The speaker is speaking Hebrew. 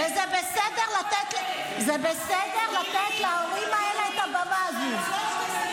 זה בסדר לתת להורים האלה את הבמה הזאת.